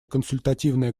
консультативная